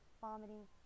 vomiting